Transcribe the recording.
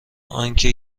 آنکه